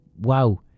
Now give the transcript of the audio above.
wow